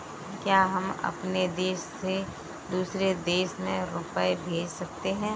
क्या हम अपने देश से दूसरे देश में रुपये भेज सकते हैं?